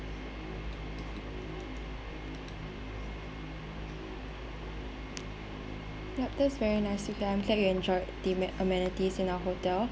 yup that's very nice to hear I'm glad you enjoyed the meni~ amenities in our hotel